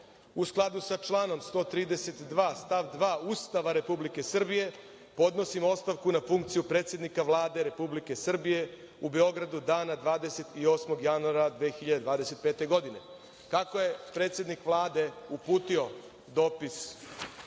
u skladu sa članom 132. stav 2. Ustava Republike Srbije podnosim ostavku na funkciju predsednika Vlade Republike Srbije, u Beogradu, dana 28. januara 2025. godine. Kako je predsednik Vlade uputio dopis